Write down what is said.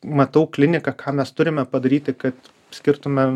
matau kliniką ką mes turime padaryti kad skirtume